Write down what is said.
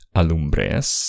Alumbres